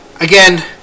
again